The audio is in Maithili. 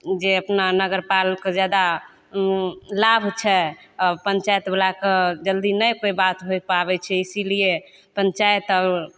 जे अपना नगरपालके जादा लाभ छै पञ्चाइतवलाके जल्दी नहि कोइ बात होइ पाबै छै इसीलिए पञ्चाइत